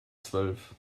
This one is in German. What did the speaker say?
zwölf